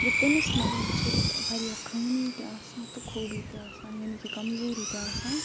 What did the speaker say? گوٚو تٔمِس منٛز چھِ ٲں واریاہ خٲمی تہِ آسان تہٕ خوٗبی تہِ آسان یعنی کہ کَمزوٗری تہِ آسان